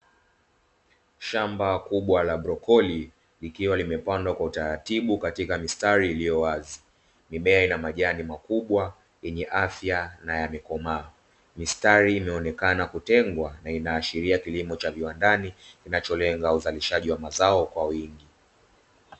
Shamba kubwa kwa brokoli likiwa limepandwa kwa utaratibu katika mistari iliyo wazi, mimea ya majani makubwa yenye afya na yamekomaa; mistari imeonekana kutengwa na inaashiria kilimo cha viwandani kinacholenga uzalishaji wa mazao kwa wingi.